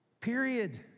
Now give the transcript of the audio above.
Period